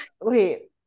Wait